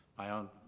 my own